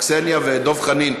קסניה ודב חנין,